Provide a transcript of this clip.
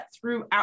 throughout